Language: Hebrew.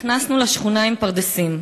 "נכנסנו לשכונה עם פרדסים,